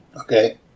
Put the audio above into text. Okay